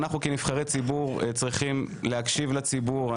אנחנו כנבחרי ציבור צריכים להקשיב לציבור.